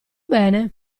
bene